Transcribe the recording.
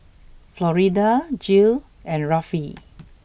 Florida Jill and Rafe